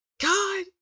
God